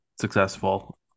successful